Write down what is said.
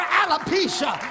alopecia